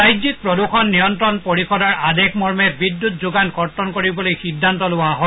ৰাজ্যিক প্ৰদূষণ নিয়ন্ত্ৰণ পৰিষদৰ আদেশ মৰ্মে বিদ্যুৎ যোগান কৰ্টন কৰিবলৈ সিদ্ধান্ত লোৱা হয়